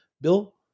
Bill